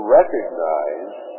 recognize